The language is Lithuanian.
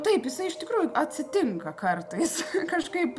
taip jisai iš tikrųjų atsitinka kartais kažkaip